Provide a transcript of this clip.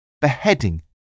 beheading